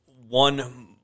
one